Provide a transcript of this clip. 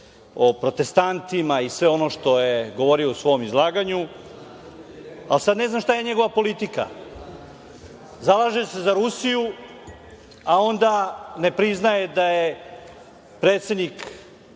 o protestantima i sve ono što je govorio u svom izlaganju. Sad, ja ne znam šta je njegova politika? Zalaže se za Rusiju, a onda ne priznaje da je predsednik